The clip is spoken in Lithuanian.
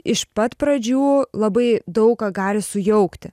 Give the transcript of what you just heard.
iš pat pradžių labai daug ką gali sujaukti